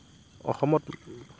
অসমত